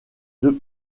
deux